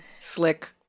Slick